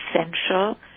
essential